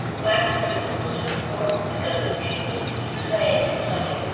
black is beautiful was important because it really was saying something.